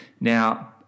Now